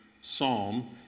psalm